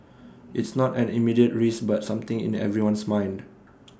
it's not an immediate risk but something in everyone's mind